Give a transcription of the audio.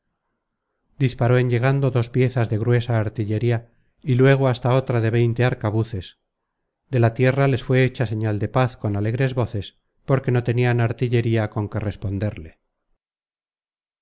disparó en llegando dos piezas de gruesa artillería y luego hasta obra de veinte arcabuces de la tierra les fué hecha señal de paz con alegres voces porque no tenian artillería con que responderle